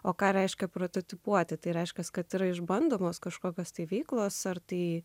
o ką reiškia prototipuoti tai reiškia kad yra išbandomos kažkokios stovyklos ar tai